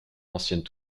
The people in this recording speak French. ancienne